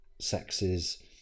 sexes